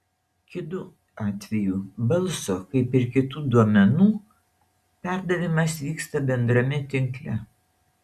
kitu atveju balso kaip ir kitų duomenų perdavimas vyksta bendrame tinkle